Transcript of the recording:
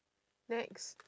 next